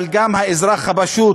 אבל גם האזרח הפשוט